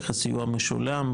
איך הסיוע משולם,